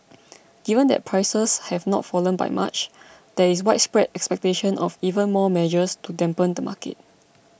given that prices have not fallen by much there is widespread expectation of even more measures to dampen the market